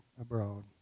abroad